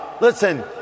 Listen